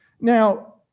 Now